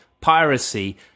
piracy